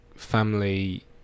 family